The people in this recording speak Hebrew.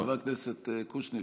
חבר הכנסת קושניר,